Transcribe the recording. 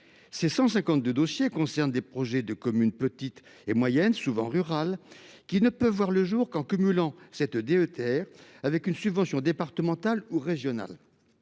Ces 152 dossiers concernent des projets de communes petites et moyennes, souvent rurales, qui ne peuvent voir le jour qu’en cumulant la DETR avec une subvention départementale ou régionale.